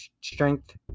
strength